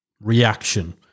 reaction